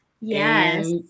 Yes